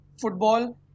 football